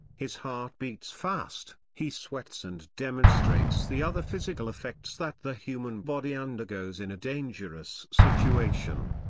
his heart beats fast, he sweats and demonstrates the other physical affects that the human body undergoes in a dangerous situation.